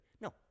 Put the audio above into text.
No